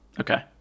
okay